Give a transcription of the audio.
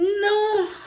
no